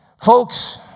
Folks